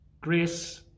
Grace